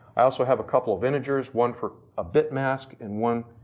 i also have a couple of integers. one for a bit mask and one,